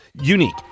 Unique